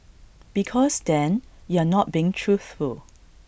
because then you're not being truthful